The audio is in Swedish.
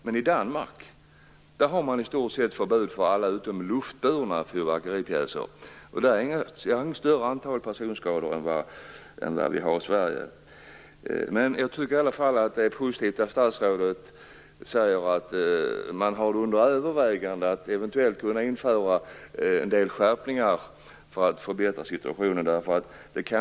Men i Danmark har man i stort sett förbud mot allt utom luftburna fyrverkeripjäser, och där är är det inte ett större antal personskador än i Sverige. Jag tycker i alla fall att det är positivt att statsrådet säger att man har under övervägande att eventuellt införa en del skärpningar för att förbättra situationen.